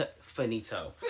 finito